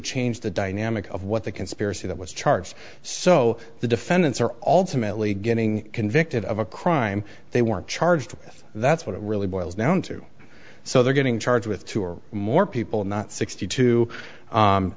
changed the dynamic of what the conspiracy that was charged so the defendants or alternately getting convicted of a crime they were charged with that's what it really boils down to so they're getting charged with two or more people not sixty two